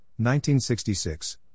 1966